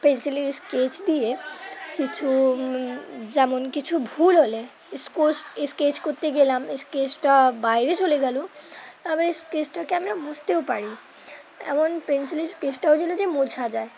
পেন্সিলের স্কেচ দিয়ে কিছু যেমন কিছু ভুল হলে স্কচ স্কেচ করতে গেলাম স্কেচটা বাইরে চলে গেল আবার এই স্কেচটাকে আমরা বুঝতেও পারি এমন পেন্সিলের স্কেচটাও হল যে মোঝা যায়